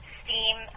steam